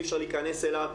אי אפשר להיכנס לזה.